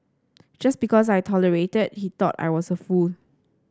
just because I tolerated he thought I was a fool